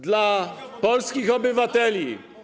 Dla polskich obywateli.